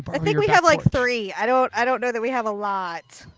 i think we have like three. i don't i don't know that we have a lot.